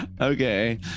Okay